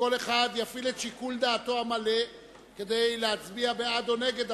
וכל אחד יפעיל את שיקול דעתו המלא כדי להצביע בעד או נגד החוק.